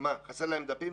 מה, חסרים להם דפים?